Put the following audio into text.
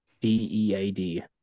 D-E-A-D